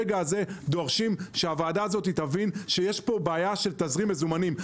אנו דורשים שהוועדה הזו תבין שיש פה בעיה בתזרים מזומנים.